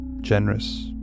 generous